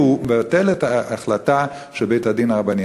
והוא מבטל את ההחלטה של בית-הדין הרבני.